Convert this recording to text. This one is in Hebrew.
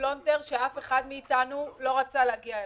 לפלונטר שאף אחד מאיתנו לא רצה להגיע אליו,